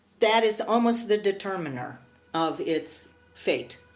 that is almost the determiner of its fate.